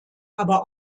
aber